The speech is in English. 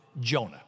Jonah